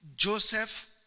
Joseph